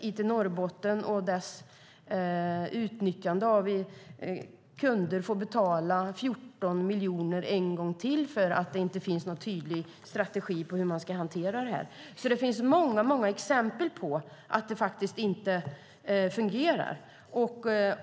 IT Norrbotten och dess kunder får betala 14 miljoner en gång till eftersom det inte finns någon tydlig strategi för hanteringen. Det finns många exempel på att det inte fungerar.